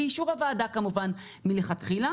באישור הוועדה כמובן מלכתחילה.